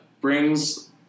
brings